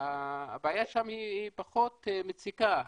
הבעיה שם היא פחות מציקה,